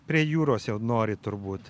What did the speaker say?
prie jūros jau nori turbūt